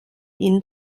ihnen